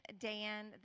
Dan